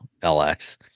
LX